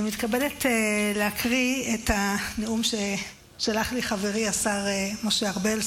אני מתכבדת להקריא את הנאום ששלח לי חברי השר משה ארבל,